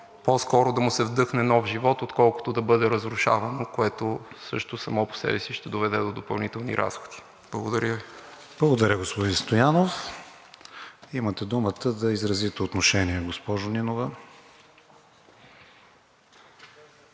по-скоро да му се вдъхне нов живот, отколкото да бъде разрушавано, което също само по себе си ще доведе до допълнителни разходи. Благодаря Ви. ПРЕДСЕДАТЕЛ КРИСТИАН ВИГЕНИН: Благодаря, господин Стоянов. Имате думата да изразите отношение, госпожо Нинова.